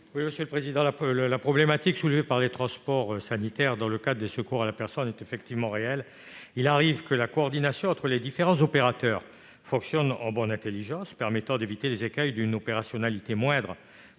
La problématique soulevée par les transports sanitaires dans le cadre des secours à la personne est réelle. Il arrive que la coordination entre les différents opérateurs se fasse en bonne intelligence, permettant ainsi d'éviter les écueils d'une opérationnalité moindre